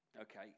Okay